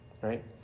right